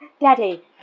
Daddy